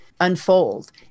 unfold